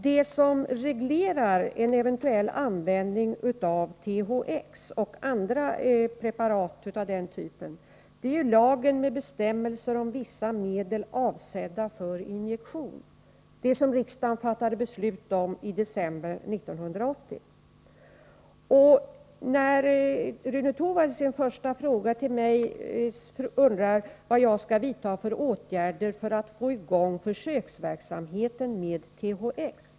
Vad som reglerar en eventuell användning av THX och andra preparat av liknande typ är lagen med bestämmelser om vissa medel, avsedda för injektion. Härom fattade riksdagen beslut i december 1980. Rune Torwald frågade vilka åtgärder jag tänker vidta för att få i gång försöksverksamheten med THX.